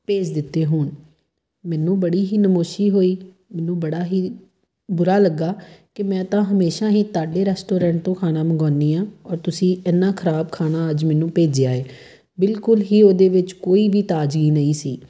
ਭੇਜ ਦਿੱਤੇ ਹੋਣ ਮੈਨੂੰ ਬੜੀ ਹੀ ਨਮੋਸ਼ੀ ਹੋਈ ਮੈਨੂੰ ਬੜਾ ਹੀ ਬੁਰਾ ਲੱਗਾ ਕਿ ਮੈਂ ਤਾਂ ਹਮੇਸ਼ਾ ਹੀ ਤੁਹਾਡੇ ਰੈਸਟੋਰੈਂਟ ਤੋਂ ਖਾਣਾ ਮੰਗਵਾਉਂਦੀ ਹਾਂ ਔਰ ਤੁਸੀਂ ਇੰਨਾ ਖਰਾਬ ਖਾਣਾ ਅੱਜ ਮੈਨੂੰ ਭੇਜਿਆ ਹੈ ਬਿਲਕੁਲ ਹੀ ਉਹਦੇ ਵਿੱਚ ਕੋਈ ਵੀ ਤਾਜ਼ੀ ਨਹੀਂ ਸੀ